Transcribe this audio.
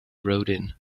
rodin